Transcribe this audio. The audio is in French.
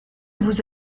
vous